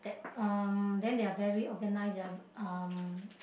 that um then they're very organised they are um